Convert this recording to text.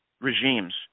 regimes